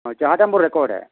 ହଁ ଚାହାଟା ମୋର୍ ରେକର୍ଡ଼ ହେ